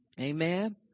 Amen